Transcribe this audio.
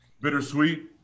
Bittersweet